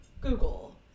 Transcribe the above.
Google